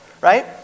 right